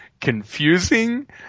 confusing